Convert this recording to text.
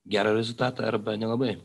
gerą rezultatą arba nelabai